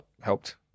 Helped